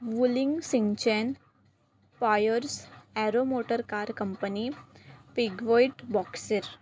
Wuling सिंगचेन Pierce Arrow Motor Car Company पिगवट बॉक्सेर